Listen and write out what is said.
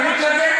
אני מתנגד.